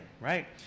right